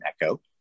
echo